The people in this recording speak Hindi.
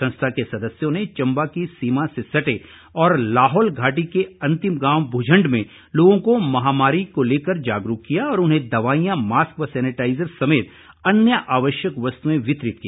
संस्था के सदस्यों ने चंबा की सीमा से सटे और लाहौल घाटी के अंतिम गांव भुजंड में लोगों को महामारी को लेकर जागरूक किया और उन्हें दवाईयां मास्क व सेनेटाइज़र समेत अन्य आवश्यक वस्तुएं वितरित की